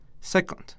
Second